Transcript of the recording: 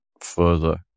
further